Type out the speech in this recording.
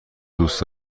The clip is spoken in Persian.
دوست